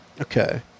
Okay